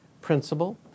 principle